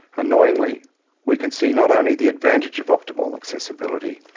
annoyingly we can see not only the advantage of optimal accessibility,